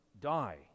die